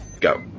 go